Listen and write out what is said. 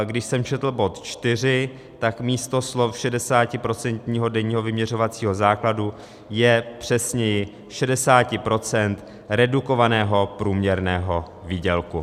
Když jsem četl bod 4, tak místo slov 60procentního denního vyměřovacího základu je přesněji 60 % redukovaného průměrného výdělku.